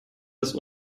das